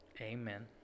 Amen